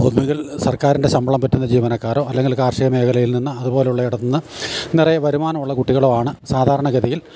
ഒന്ന്കിൽ സർക്കാരിൻ്റെ ശമ്പളം പറ്റുന്ന ജീവനക്കാരോ അല്ലെങ്കിൽ കാർഷിക മേഘലയിൽ നിന്ന് അത്പോലുള്ള ഇടത്തെന്ന് നിറയെ വരുമാനം ഉള്ള കുട്ടികളാണ് സാധാരണ ഗതിയിൽ